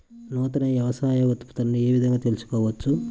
నూతన వ్యవసాయ ఉత్పత్తులను ఏ విధంగా తెలుసుకోవచ్చు?